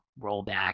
rollback